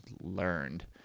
learned